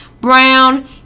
brown